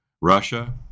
Russia